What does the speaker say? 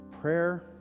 Prayer